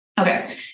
Okay